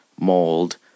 mold